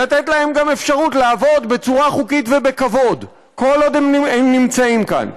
לתת להם גם אפשרות לעבוד בצורה חוקית ובכבוד כל עוד הם נמצאים כאן.